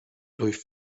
durch